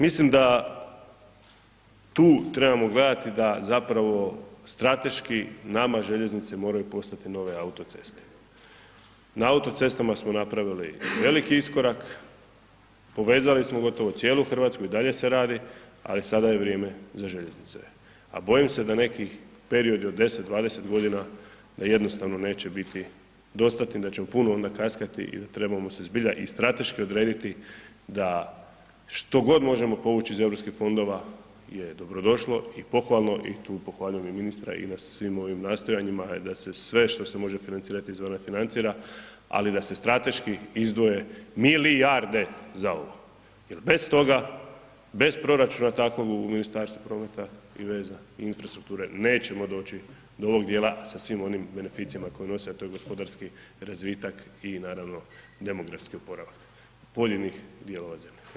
Mislim da tu trebamo gledati da zapravo strateški nama željeznice moraju postati nove autoceste, na autocestama smo napravili veliki iskorak, povezali smo gotovo cijelu RH i dalje se radi, ali sada je vrijeme za željeznice, a bojim se da nekih periodi od 10, 20.g. da jednostavno neće biti dostatni, da ćemo puno onda kaskati i da trebamo se zbilja i strateški odrediti da što god možemo povući iz Europskih fondova je dobro došlo i pohvalno i tu pohvaljujem i ministra i da se svim ovim nastojanjima, da se sve što se može financirati iz … [[Govornik se ne razumije]] financira ali da se strateški izdvoje milijarde za ovo jer bez toga, bez proračuna takvog u Ministarstvu prometa i veza i infrastrukture, nećemo doći do ovog djela sa svim beneficijama koje nose a to je gospodarski razvitak i naravno demografski oporavak pojedinih dijelova zemlje.